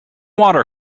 water